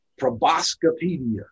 proboscopedia